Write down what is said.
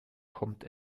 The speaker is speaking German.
kommt